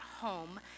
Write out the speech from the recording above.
home